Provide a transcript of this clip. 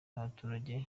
abaturage